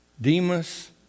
Demas